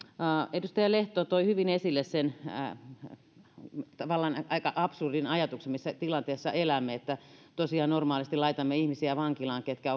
edustaja lehto toi hyvin esille sen tavallaan aika absurdin ajatuksen missä tilanteessa elämme että tosiaan normaalisti laitamme vankilaan ihmisiä ketkä